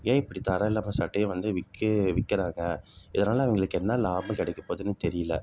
ஏன் இப்படி தரம் இல்லாமல் சட்டையை வந்து விக்கிறாங்க இதனால் அவங்களுக்கு என்ன லாபம் கிடைக்க போகுதுன்னு தெரியல